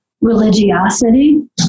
religiosity